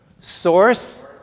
Source